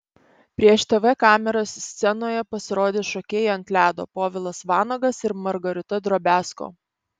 prieš tv kameras scenoje pasirodė šokėjai ant ledo povilas vanagas ir margarita drobiazko